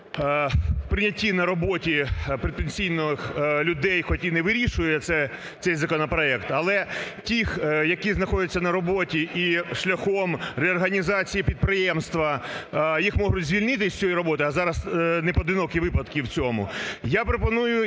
прийнятті на роботу передпенсійних людей хоч і не вирішує цей законопроект, але тих, які знаходяться на роботі і шляхом реорганізації підприємства їх можуть звільнити з цієї роботи, а зараз непоодинокі випадки в цьому, я пропоную